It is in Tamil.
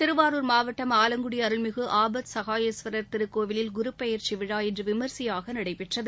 திருவாரூர் மாவட்டம் ஆலங்குடி அருள்மிகு ஆபத்சனயேஸ்வரர் திருக்கோயிலில் குருபெயர்ச்சி விழா இன்று விமரிசையாக நடைபெற்றது